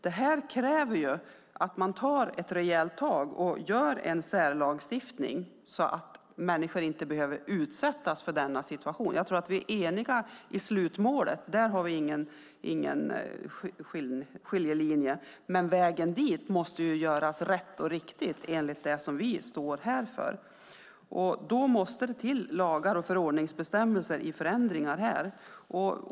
Detta kräver att man tar ett rejält tag och gör en särlagstiftning så att människor inte behöver utsättas för denna situation. Jag tror att vi är eniga i slutmålet; där har vi ingen skiljelinje. Vägen dit måste dock göras rätt och riktigt enligt det vi står här för. Då måste det också till lagar och förordningsbestämmelser i förändringar här.